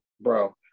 bro